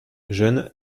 jeune